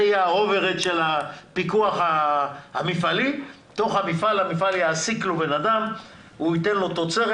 זה יהיה הפיקוח המפעלי והמפעל בתוכו יעסיק בן אדם שהוא ייתן לו תוצרת